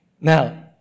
Now